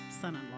son-in-law